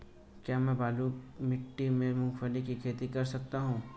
क्या मैं बालू मिट्टी में मूंगफली की खेती कर सकता हूँ?